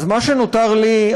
אז מה שנותר לי,